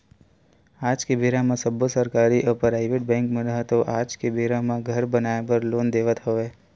आज के बेरा म सब्बो सरकारी अउ पराइबेट बेंक मन ह तो आज के बेरा म घर बनाए बर लोन देवत हवय